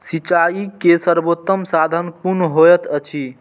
सिंचाई के सर्वोत्तम साधन कुन होएत अछि?